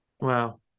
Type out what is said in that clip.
Wow